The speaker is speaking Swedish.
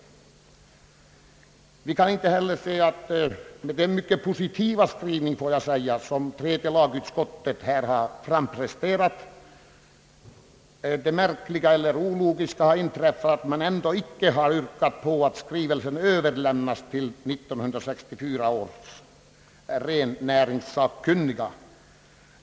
Med hänsyn till den mycket positiva skrivning som tredje lagutskottet här har presterat har det märkliga eller ologiska inträffat att man ändå inte yrkar på att motionerna överlämnas till 1964 års rennäringssakkunniga.